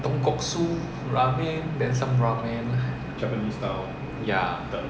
tonkatsu ramen then some ramen